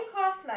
cause like